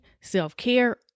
self-care